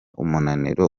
umunaniro